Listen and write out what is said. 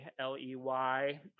L-E-Y